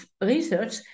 research